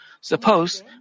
Suppose